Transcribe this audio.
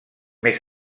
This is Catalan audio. més